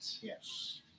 Yes